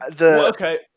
Okay